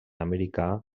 americà